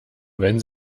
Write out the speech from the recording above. wenn